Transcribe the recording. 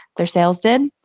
their sales did.